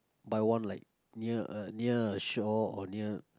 buy one like near near a shore or near